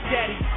Daddy